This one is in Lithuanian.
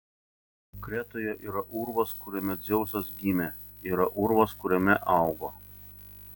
kretoje yra urvas kuriame dzeusas gimė yra urvas kuriame augo